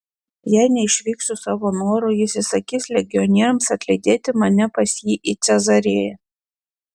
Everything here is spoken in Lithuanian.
jei neišvyksiu savo noru jis įsakys legionieriams atlydėti mane pas jį į cezarėją